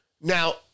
Now